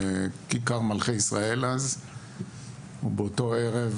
בכיכר מלכי ישראל אז ובאותו ערב,